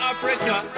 Africa